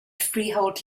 freehold